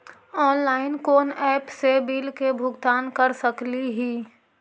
Online कोन app से bill के भुगतान कर सकली ही?